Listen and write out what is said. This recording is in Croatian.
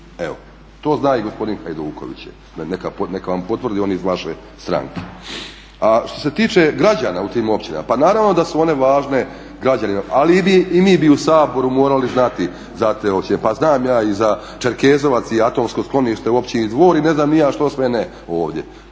Evo to zna i gospodin Hajduković, neka vam potvrdi on je iz vaše stranke. A što se tiče građana u tim općinama pa naravno da su one važne građanima, ali i mi bi u Saboru morali znati za te općine. Pa znam ja i za Čerkezovac i atomsko sklonište u općini Dvor i ne znam ni ja što sve ne ovdje.